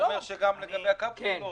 הוא אומר שגם לגבי הקפסולות.